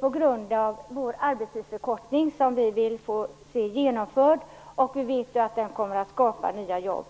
på grund av den arbetstidsförkortning som vi vill se genomförd. Vi vet att den kommer att skapa nya jobb.